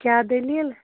کیٛاہ دٔلیٖل